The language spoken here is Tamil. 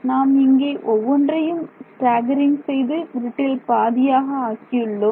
நாம் இங்கே ஒவ்வொன்றையும் ஸ்டாக்கரிங் செய்து கிரிட்டில் பாதியாக ஆக்கியுள்ளோம்